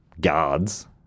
guards